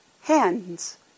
Hands